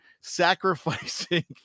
sacrificing